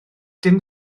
dim